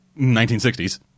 1960s